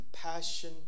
compassion